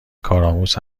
کارآموز